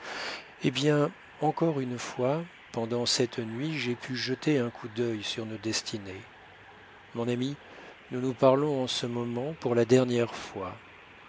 hé bien encore une fois pendant cette nuit j'ai pu jeter un coup d'œil sur nos destinées mon ami nous nous parlons en ce moment pour la dernière fois